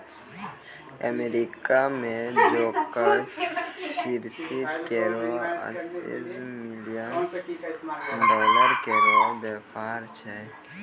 America में जोडक fishery केरो अस्सी मिलियन डॉलर केरो व्यापार छै